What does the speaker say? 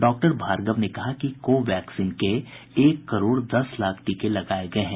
doctor Bhargava ने कहा कि को वैक्सीन के एक करोड़ दस लाख टीके लगाए गए हैं